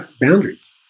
boundaries